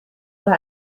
oder